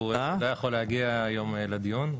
הוא לא יכל להגיע היום לדיון,